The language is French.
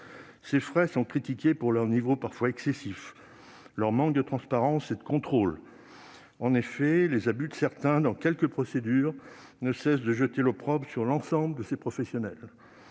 ces frais sont critiqués pour leur niveau parfois excessif, leur manque de transparence et de contrôle. En effet, les abus de certains, dans quelques procédures, ne cessent de jeter l'opprobre sur l'ensemble de ces professionnels.